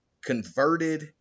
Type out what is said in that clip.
converted